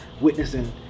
witnessing